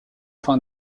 fin